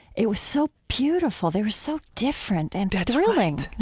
it was so beautiful. they were so different and thrilling